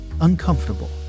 uncomfortable